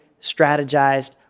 strategized